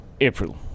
April